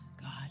God